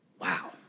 wow